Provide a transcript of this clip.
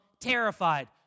terrified